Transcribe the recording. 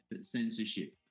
censorship